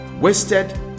wasted